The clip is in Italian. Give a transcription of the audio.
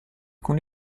con